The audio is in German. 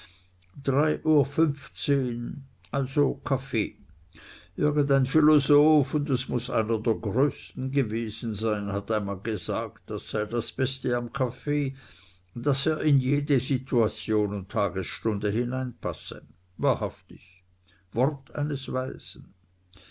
drei uhr fünfzehn also kaffee irgend ein philosoph und es muß einer der größten gewesen sein hat einmal gesagt daß sei das beste im kaffee daß er in jede situation und tagesstunde hineinpasse wahrhaftig wort eines weisen